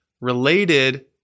related